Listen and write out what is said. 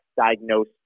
diagnose